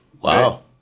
Wow